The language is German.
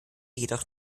jedoch